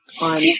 on